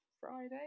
Friday